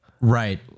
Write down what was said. right